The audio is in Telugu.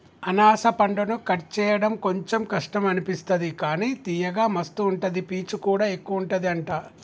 అనాస పండును కట్ చేయడం కొంచెం కష్టం అనిపిస్తది కానీ తియ్యగా మస్తు ఉంటది పీచు కూడా ఎక్కువుంటది అంట